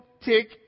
take